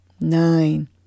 nine